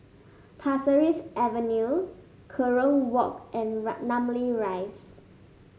Pasir Ris Avenue Kerong Walk and Namly Rise